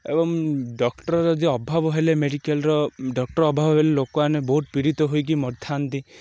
ଏବଂ ଡ଼କ୍ଟର୍ ଯଦି ଅଭାବ ହେଲେ ମେଡ଼ିକାଲ୍ର ଡ଼କ୍ଟର୍ ଅଭାବ ହେଲେ ଲୋକମାନେ ବହୁତ ପୀଡ଼ିତ ହୋଇକି ମରିଥାନ୍ତି